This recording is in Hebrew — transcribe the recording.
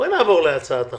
בואי נעבור להצעת החוק.